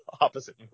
opposite